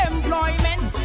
Employment